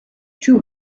two